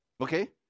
Okay